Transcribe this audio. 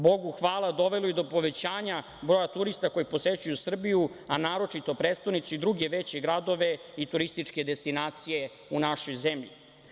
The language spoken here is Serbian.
Bogu hvala, dovelo je do povećanja broja turista koji posećuju Srbiju, a naročito prestonicu i druge veće gradove i turističke destinacije u našoj zemlji.